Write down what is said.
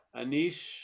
Anish